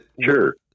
Sure